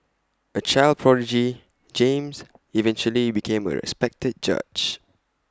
A child prodigy James eventually became A respected judge